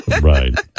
Right